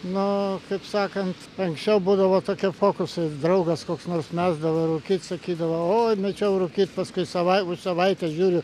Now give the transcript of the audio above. nu kaip sakant anksčiau būdavo tokie fokusai draugas koks nors mesdavo rūkyt sakydavo oi mečiau rūkyt paskui savai už savaitės žiūriu